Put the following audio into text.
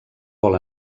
vol